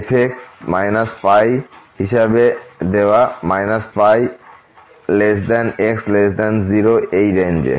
সুতরাং f π হিসাবে দেওয়া πx0 এই রেঞ্জ এ